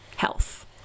health